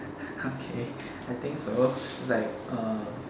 okay I think so is like err